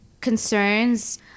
concerns